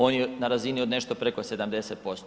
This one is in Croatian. On je razini od nešto preko 70%